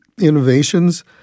innovations